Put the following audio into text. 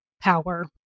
power